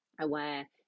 aware